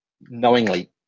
knowingly